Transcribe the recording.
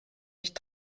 nicht